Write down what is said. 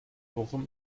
bochum